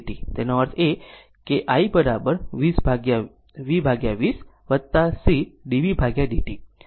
તેનો અર્થ i v 20 c dv dt